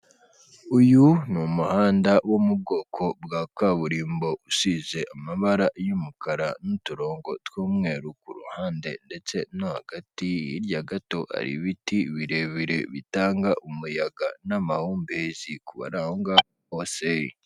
Uyu ni umuhanda wo mu bwoko bwa kaburimbo usize amabara y'umukara n'uturongo tw'umweru ku ruhande ndetse no hagati hirya gato hari ibiti birebire bitanga umuyaga n'amahumbezi ku bari aho ngaho bose.